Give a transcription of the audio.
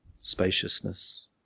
spaciousness